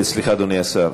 סליחה, אדוני השר.